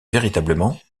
véritablement